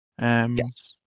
Yes